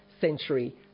century